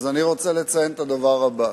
אני רוצה לציין את הדבר הבא: